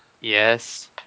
Yes